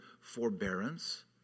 forbearance